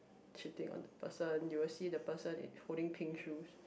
shitting on the person you will see the person it holding pink shoes